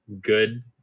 good